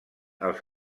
als